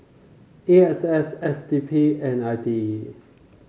A X S S D P and I T E